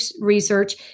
research